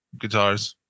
guitars